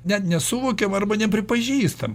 net nesuvokiam arba nepripažįstam